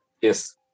Yes